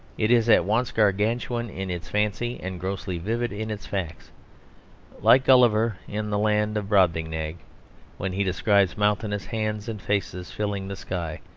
it is at once gargantuan in its fancy and grossly vivid in its facts like gulliver in the land of brobdingnag when he describes mountainous hands and faces filling the sky,